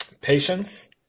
patience